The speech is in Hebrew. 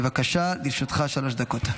בבקשה, לרשותך שלוש דקות.